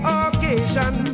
occasion